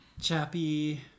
Chappie